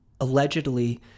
Allegedly